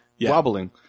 wobbling